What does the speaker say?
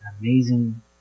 amazing